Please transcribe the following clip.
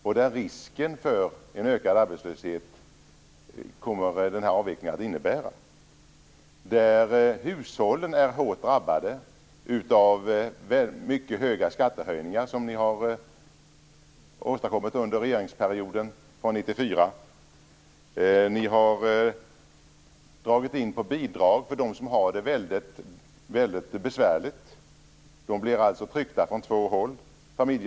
Och denna avveckling kommer att innebära en risk för ökad arbetslöshet. Hushållen har drabbats mycket hårt av höga skattehöjningar som ni har infört under regeringsperioden från 1994. Ni har dragit in på bidragen för dem som har det mycket besvärligt. Familjerna blir alltså klämda från två håll.